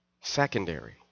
secondary